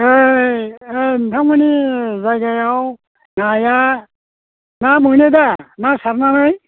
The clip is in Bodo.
ओइ नोंथांमोननि जायगायाव नाया ना मोनो दा ना सारनानै